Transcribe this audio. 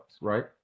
right